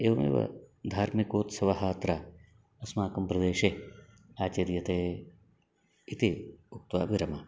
एवमेव धार्मिकोत्सवः अत्र अस्माकं प्रदेशे आचर्यते इति उक्त्वा विरमामि